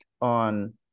on